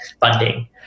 funding